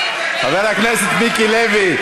חבר הכנסת מיקי לוי.